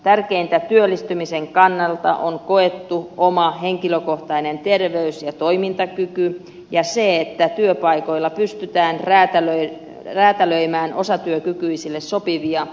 tärkeimmäksi työllistymisen kannalta on koettu oma henkilökohtainen terveys ja toimintakyky ja se että työpaikoilla pystytään räätälöimään osatyökykyisille sopivia työmahdollisuuksia